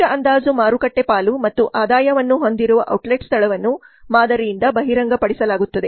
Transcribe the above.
ಗರಿಷ್ಠ ಅಂದಾಜು ಮಾರುಕಟ್ಟೆ ಪಾಲು ಮತ್ತು ಆದಾಯವನ್ನು ಹೊಂದಿರುವ ಔಟ್ಲೆಟ್ ಸ್ಥಳವನ್ನು ಮಾದರಿಯಿಂದ ಬಹಿರಂಗಪಡಿಸಲಾಗುತ್ತದೆ